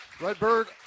Redbird